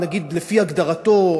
לפי הגדרתו,